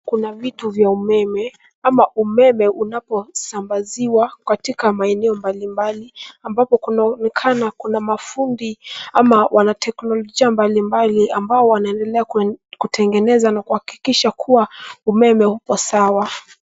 Kuna vitu vya umeme ama umeme unaposambaziwa katika maeneo mbali mbali ambapo kunaonekana kuna mafundi ama wanateknolojia mbali mbali ambao wanaendelea kutengeneza na kuhakikisha kuwa umeme upo sawa.